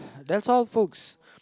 that's all folks